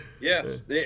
Yes